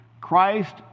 Christ